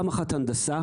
פעם אחת הנדסה,